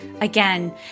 Again